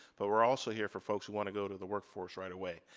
but we're also here for folks who want to go to the workforce right away.